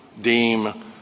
deem